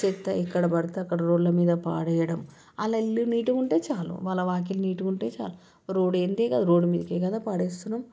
చెత్త ఎక్కడబడితే అక్కడ రోడ్లమీద పడేయడం వాళ్ళ ఇల్లు నీటుగా ఉంటే చాలు వాళ్ళవాకిలి నీటుగా ఉంటే చాలు రోడ్డు ఏందేకాదు రోడ్డు మీదకే కదా పడేస్తున్నాం